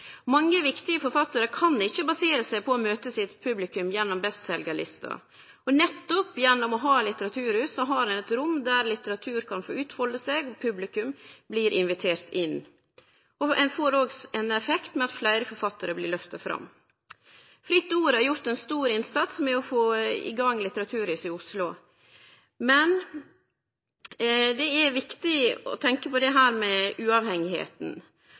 Mange viktige forfattarar kan ikkje basere seg på å møte publikumet sitt gjennom bestseljarlista. Nettopp gjennom å ha litteraturhus har ein eit rom der litteraturen kan få utfalde seg og publikum bli invitert inn. Ein får også ein effekt ved at fleire forfattarar blir løfta fram. Fritt Ord har gjort ein stor innsats med å få i gang Litteraturhuset i Oslo. Men det er viktig å tenkje på dette med